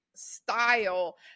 style